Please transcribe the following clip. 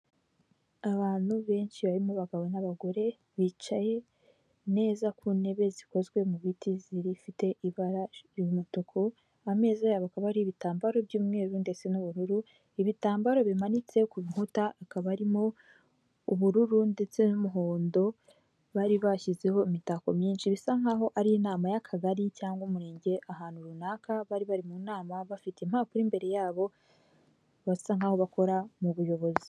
Abantu benshi barimo abagabo n'abagore bicaye neza, ku ntebe zikozwe mu biti ziri fite ibara ry'umutuku, ameza yabo akaba ari ibitambaro by'umweru ndetse n'ubururu, ibitambaro bimanitse ku nkuta akaba arimo ubururu ndetse n'umuhondo, bari bashyizeho imitako myinshi, bisa nk'aho ari inama y'akagari cyangwa umurenge, ahantu runaka bari bari mu nama bafite impapuro imbere yabo basa nk'aho bakora mu buyobozi.